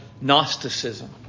Gnosticism